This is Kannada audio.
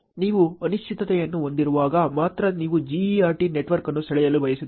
ನೀವು ಅನಿಶ್ಚಿತತೆಯನ್ನು ಹೊಂದಿರುವಾಗ ಮಾತ್ರ ನೀವು GERT ನೆಟ್ವರ್ಕ್ ಅನ್ನು ಸೆಳೆಯಲು ಬಯಸುತ್ತೀರಿ